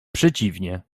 przeciwnie